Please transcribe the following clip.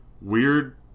weird